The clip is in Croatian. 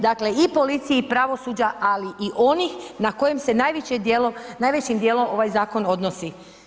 Dakle i policiji i pravosuđa, ali i onih na kojem se najvećim dijelom ovaj zakon odnosi.